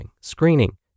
screening